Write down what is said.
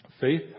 Faith